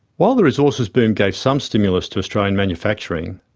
while the resources boom gave some stimulus to australian manufacturing,